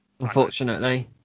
unfortunately